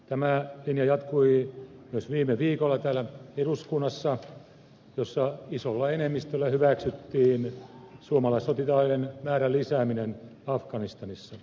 tämä linja jatkui myös viime viikolla täällä eduskunnassa jossa isolla enemmistöllä hyväksyttiin suomalaissotilaiden määrän lisääminen afganistanissa